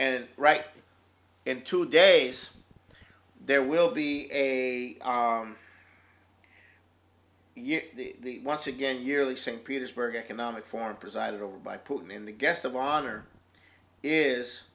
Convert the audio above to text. and right in two days there will be a yes the once again yearly st petersburg economic forum presided over by putin in the guest of honor is